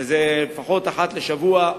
וזה לפחות אחת לשבוע,